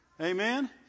Amen